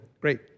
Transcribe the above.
Great